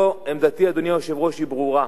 פה עמדתי, אדוני היושב-ראש, ברורה.